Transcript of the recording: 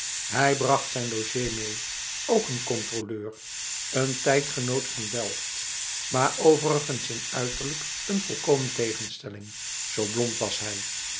hij bracht zijn logé mee ook n controleur een tijdgenoot van delft maar overigens in uiterlijk een volkomen tegenstelling zo blond was hij